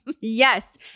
Yes